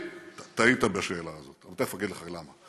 טעית בשאלה הזאת, תכף אגיד לך למה.